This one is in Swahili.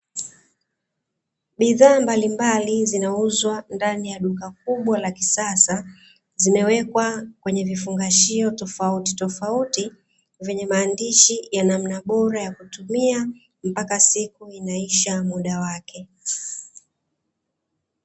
Bidhaa mbalimbali zinauzwa ndani ya duka kubwa la kisasa zimewekwa kwenye vifungashio tofautitofauti, vyenye maandishi ya namna bora ya kutumia mpaka siku inaisha muda wake.